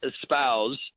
espouse